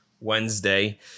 Wednesday